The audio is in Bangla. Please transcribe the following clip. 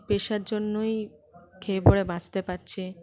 পেশার জন্যই খেয়ে পরে বাঁচতে পারছে